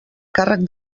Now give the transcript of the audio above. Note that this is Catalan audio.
càrrec